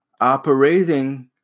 Operating